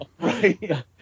right